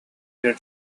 their